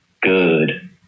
good